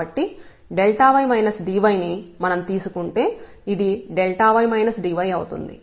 కాబట్టి y dy ని మనం తీసుకుంటే ఇది y dy అవుతుంది